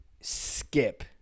skip